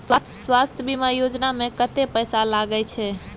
स्वास्थ बीमा योजना में कत्ते पैसा लगय छै?